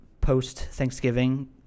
post-Thanksgiving